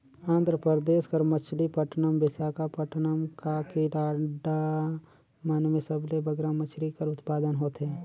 आंध्र परदेस कर मछलीपट्टनम, बिसाखापट्टनम, काकीनाडा मन में सबले बगरा मछरी कर उत्पादन होथे